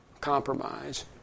compromise